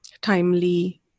timely